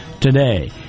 today